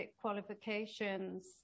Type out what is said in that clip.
qualifications